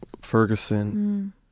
Ferguson